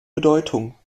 bedeutung